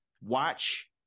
watch